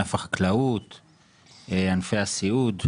החקלאות והסיעוד,